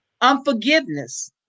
Unforgiveness